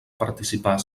participar